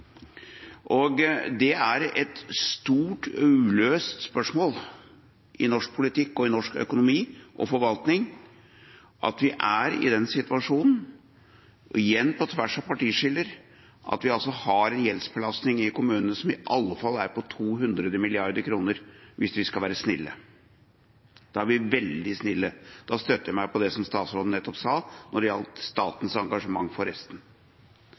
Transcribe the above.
er et stort uløst spørsmål i norsk politikk og norsk økonomi og forvaltning at vi er i den situasjonen, og – igjen på tvers av partiskiller – at vi har en gjeldsbelastning i kommunene som i alle fall er på 200 mrd. kr hvis vi skal være snille – da er vi veldig snille. Da støtter jeg meg på det som statsråden nettopp sa når det gjaldt statens engasjement for resten.